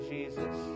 Jesus